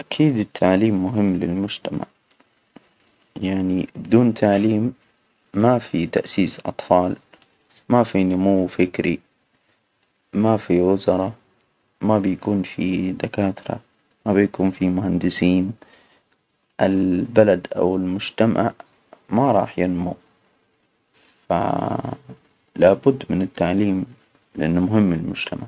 أكيد التعليم مهم للمجتمع، يعني دون تعليم ما في تأسيس أطفال، ما في نمو فكري. ما في وزراء، ما بيكون في دكاترة، ما بيكون في مهندسين. البلد أو المجتمع ما راح ينمو، ف لا بد من التعليم لأنه مهم للمجتمع.